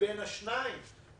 מבין השניים.